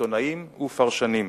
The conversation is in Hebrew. עיתונאים ופרשנים.